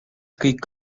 kõik